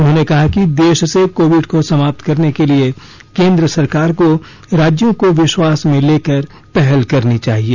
उन्होंने कहा कि देश से कोविड को समाप्त करने के लिए केंद्र सरकार को राज्यों को विश्वास में लेकर पहल करनी चाहिए